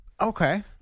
Okay